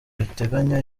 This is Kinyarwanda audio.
riteganya